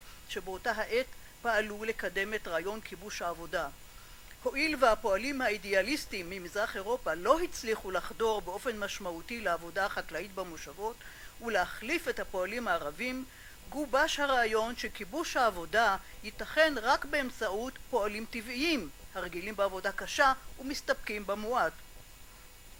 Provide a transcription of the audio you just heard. שבאותה העת פעלו לקדם את רעיון כיבוש העבודה. הועיל והפועלים האידיאליסטיים ממזרח אירופה לא הצליחו לחדור באופן משמעותי לעבודה החקלאית במושבות ולהחליף את הפועלים הערבים, גובש הרעיון שכיבוש העבודה ייתכן רק באמצעות פועלים טבעיים, הרגילים בעבודה קשה, ומסתפקים במועט.